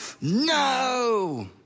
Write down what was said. no